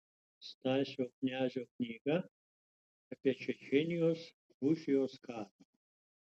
stasio knezio knyga apie čečėnijos rusijos karą